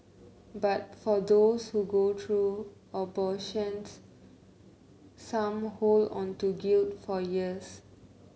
but for those who go through abortions some hold on to guilt for years